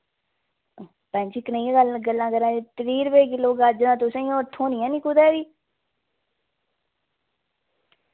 भैन जी कनेहियां गल्ल गल्लां करा ने त्रीह् रपेऽ किल्लो गाजरां तुसेंगी होर थ्होनियां नी कुतै बी